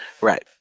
Right